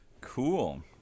Cool